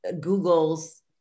Google's